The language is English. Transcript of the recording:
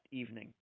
evening